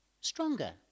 stronger